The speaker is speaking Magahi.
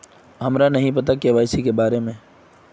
हमरा नहीं पता के.वाई.सी के बारे में?